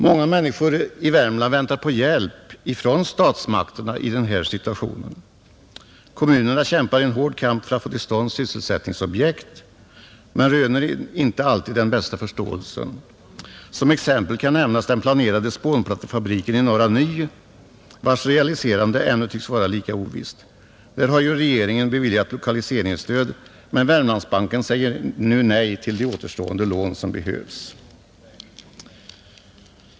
Många människor i Värmland väntar på hjälp från statsmakterna i den här situationen. Kommunerna kämpar en hård kamp för att få till stånd sysselsättningsobjekt men röner inte alltid den bästa förståelsen. Som exempel kan nämnas den planerade spånplattefabriken i Norra Ny, vars realiserande ännu tycks vara lika ovisst. Regeringen har där beviljat lokaliseringsstöd, men Wermlandsbanken säger nu nej till de återstående lån som behövs.